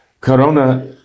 Corona